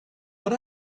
but